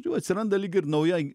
jau atsiranda lyg ir nauja